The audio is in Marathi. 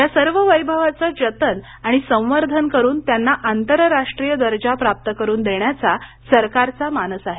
या सर्व वैभवाचं जतन आणि संवर्धन करून त्यांना आंतरराष्ट्रीय दर्जा प्राप्त करून देण्याचा सरकारचा मानस आहे